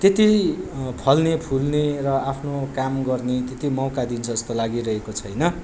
त्यति फल्ने फुल्ने र आफ्नो काम गर्ने त्यति मौका दिन्छ जस्तो लागिरहेको छैन